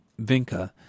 Vinca